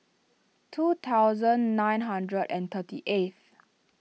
two thousand nine hundred and thirty eighth